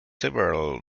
several